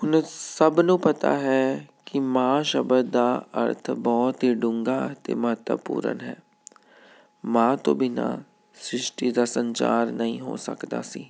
ਹੁਣ ਸਭ ਨੂੰ ਪਤਾ ਹੈ ਕਿ ਮਾਂ ਸ਼ਬਦ ਦਾ ਅਰਥ ਬਹੁਤ ਹੀ ਡੂੰਘਾ ਅਤੇ ਮਹੱਤਵਪੂਰਨ ਹੈ ਮਾਂ ਤੋਂ ਬਿਨਾਂ ਸ੍ਰਿਸ਼ਟੀ ਦਾ ਸੰਚਾਰ ਨਹੀਂ ਹੋ ਸਕਦਾ ਸੀ